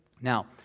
now